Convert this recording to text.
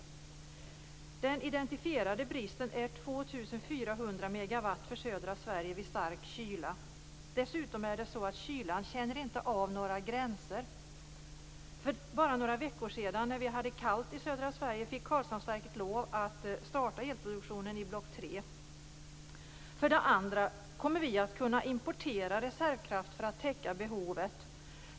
Den identifierade bristen är 2 400 megawatt för södra Sverige vid stark kyla. Dessutom känner kylan inte av några gränser. För bara några veckor sedan då det var kallt i södra Sverige fick Karlshamnsverket lov att starta energiproduktionen i block För det andra: Kommer vi att kunna importera reservkraft för att täcka behovet?